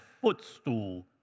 footstool